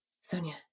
Sonia